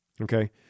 okay